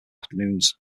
afternoons